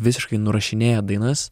visiškai nurašinėja dainas